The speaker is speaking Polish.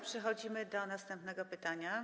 Przechodzimy do następnego pytania.